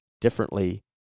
differently